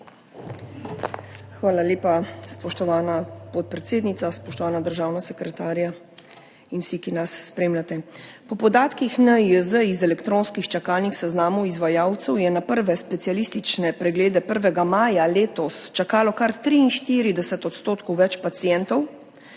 Hvala lepa, spoštovana podpredsednica. Spoštovana državna sekretarja in vsi, ki nas spremljate! Po podatkih NIJZ z elektronskih čakalnih seznamov izvajalcev je na prve specialistične preglede 1. maja letos čakalo kar 43 % več pacientov